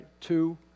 two